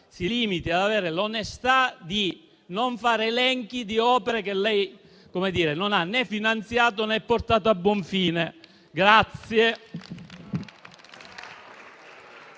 si limiti ad avere l'onestà di non fare elenchi di opere che lei non ha né finanziato, né avviato verso la fase